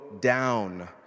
down